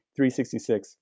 366